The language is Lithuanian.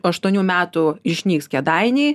aštuonių metų išnyks kėdainiai